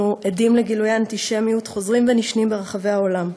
אנחנו עדים לגילויי אנטישמיות חוזרים ונשנים ברחבי העולם.